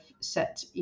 set